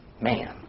man